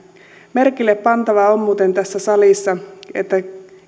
merkillepantavaa on muuten tässä salissa että